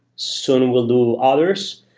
sooner we'll do others.